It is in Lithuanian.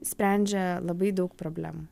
sprendžia labai daug problemų